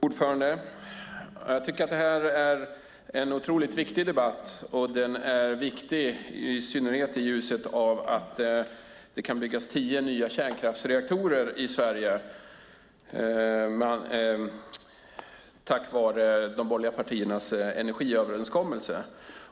Fru talman! Jag tycker att detta är en otroligt viktig debatt. Den är viktig i synnerhet i ljuset av att det kan byggas tio nya kärnkraftsreaktorer i Sverige tack vare de borgerliga partiernas energiöverenskommelse.